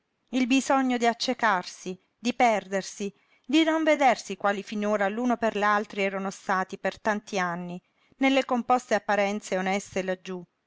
il bisogno d'accecarsi di perdersi di non vedersi quali finora l'uno per l'altri erano stati per tanti anni nelle composte apparenze oneste laggiú